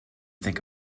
think